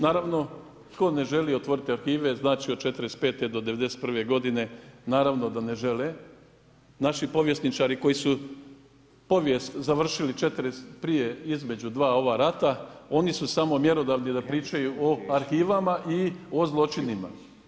Naravno tko ne želi otvoriti arhive znači od '45. do 91. godine naravno da ne žele, naši povjesničari koji su povijest završili … prije, između dva ova rata, oni su samo mjerodavni da pričaju o arhivama i o zločinima.